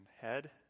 head